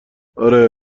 آره